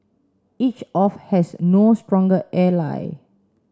each of has no stronger ally